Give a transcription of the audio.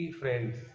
Friends